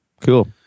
Cool